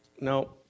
No